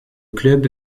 club